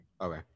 Okay